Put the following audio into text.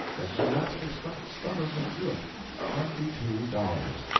yet my master stuck stubbornly to it twenty-two dollars.